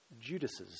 Judas